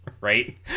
right